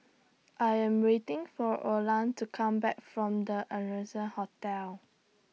I Am waiting For Orland to Come Back from The Ardennes Hotel